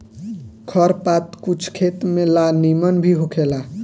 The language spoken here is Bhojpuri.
खर पात कुछ खेत में ला निमन भी होखेला